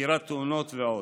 חקירת תאונות ועוד.